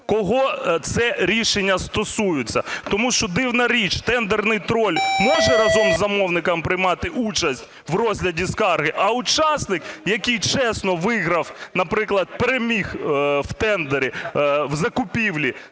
Кого це рішення стосується? Тому що дивна річ: "тендерний троль" може разом із замовником приймати участь в розгляді скарги, а учасник, який чесно виграв, наприклад, переміг у тендері в закупівлі,